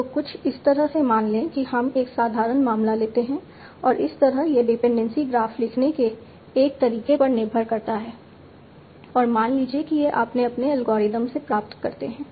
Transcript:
तो कुछ इस तरह से मान लें कि हम एक साधारण मामला लेते हैं और इस तरह यह डिपेंडेंसी ग्राफ लिखने के एक तरीके पर निर्भर करता है और मान लीजिए कि यह आप अपने एल्गोरिथ्म से प्राप्त करते हैं